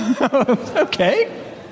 Okay